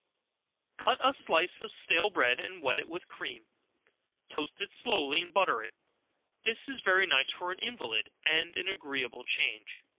cut a slice of stale bread, and wet it with cream toast it slowly and butter it this is very nice for an invalid, and an agreeable change.